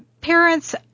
parents